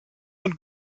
und